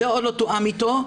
זה עוד לא תואם איתו.